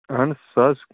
اَہن حظ سُہ حظ